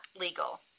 legal